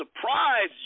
surprised